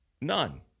None